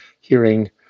hearing